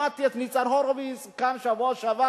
שמעתי את ניצן הורוביץ כאן בשבוע שעבר